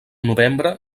novembre